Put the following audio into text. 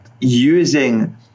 using